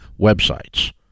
websites